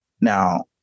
Now